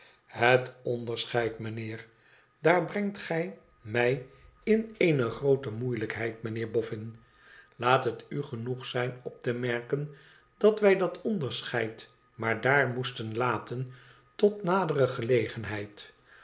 het onderscheid meneer daar brengt gij mij in eene groote moeielijkheid meneer bofhn laat het u genoeg zijn op te merken dat wij dat onderscheid maar dddr moesten laten tot nadere gelegenheid